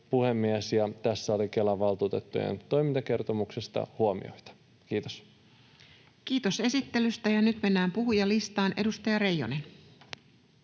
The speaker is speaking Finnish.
Tässä oli Kelan valtuutettujen toimintakertomuksesta huomioita. — Kiitos. Kiitos esittelystä. — Nyt mennään puhujalistaan. — Edustaja Reijonen.